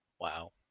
Wow